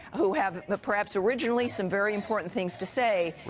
who have perhaps originally some very important things to say,